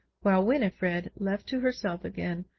while winifred, left to herself again,